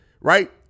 right